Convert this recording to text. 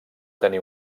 tenir